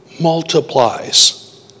multiplies